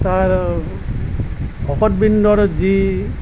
তাৰ ভকতবৃন্দৰ যি